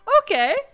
Okay